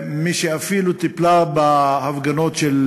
אפילו מזו שטיפלה בהפגנות של